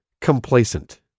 complacent